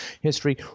history